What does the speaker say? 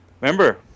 Remember